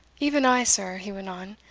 even i, sir, he went on,